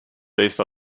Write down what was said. based